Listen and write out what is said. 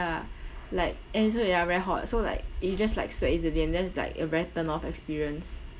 ya like and so ya very hot so like you just like sweat easily and then is like a very turned off experience